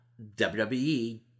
WWE